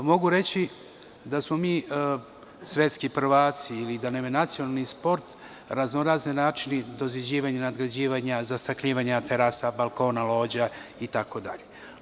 Mogu reći da smo mi svetski prvaci ili da nam je nacionalni sport raznorazni načini doziđivanja i nadgrađivanja, zastakljivanja terasa, balkona, lođa i tako dalje.